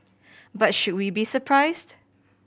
but should we be surprised